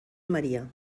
maria